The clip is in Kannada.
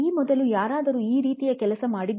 ಈ ಮೊದಲು ಯಾರಾದರೂ ಈ ರೀತಿಯ ಕೆಲಸ ಮಾಡಿದ್ದಾರೆಯೇ